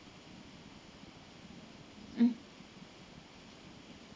um